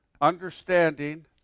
understanding